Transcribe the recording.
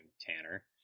Tanner